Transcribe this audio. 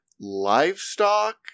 livestock